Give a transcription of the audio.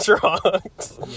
drugs